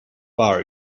bar